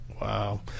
Wow